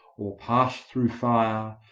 or pass through fire,